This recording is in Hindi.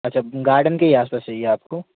अच्छा गार्डन के ही आस पास चाहिए आपको